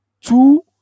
Two